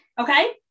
Okay